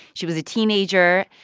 she was a teenager.